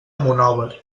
monòver